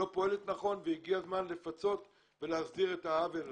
לא פועלת נכון והגיע הזמן לפצות ולהסדיר את העוול הזה.